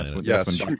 Yes